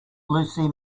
lucy